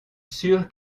sûr